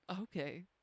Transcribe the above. Okay